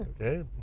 Okay